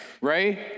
right